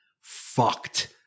fucked